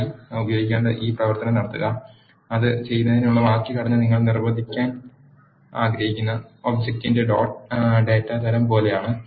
ആയി ഉപയോഗിക്കേണ്ട ഈ പ്രവർത്തനം നടത്തുക അത് ചെയ്യുന്നതിനുള്ള വാക്യഘടന നിങ്ങൾ നിർബന്ധിക്കാൻ ആഗ്രഹിക്കുന്ന ഒബ്ജക്റ്റിന്റെ ഡോട്ട് ഡാറ്റ തരം പോലെയാണ്